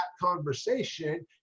conversation